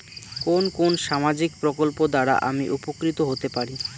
কোন কোন সামাজিক প্রকল্প দ্বারা আমি উপকৃত হতে পারি?